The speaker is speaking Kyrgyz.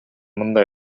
мындай